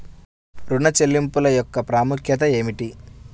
ఋణ చెల్లింపుల యొక్క ప్రాముఖ్యత ఏమిటీ?